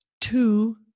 two